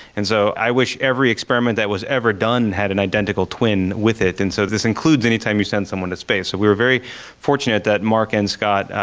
and so i wish every experiment that was ever done had an identical twin with it. and so this includes any time you send someone to space. so we were very fortunate that mark and scott,